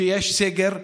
כשיש סגר,